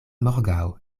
morgaŭ